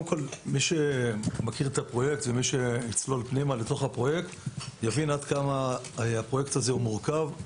מי שמכיר את הפרויקט מבין עד כמה הפרויקט הזה מורכב.